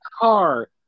car